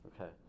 Okay